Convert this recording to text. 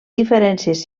diferències